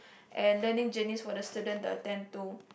and learning journeys for the students to attend to